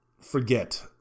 forget